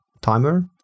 timer